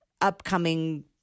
upcoming